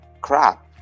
crap